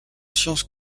sciences